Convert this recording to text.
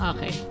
Okay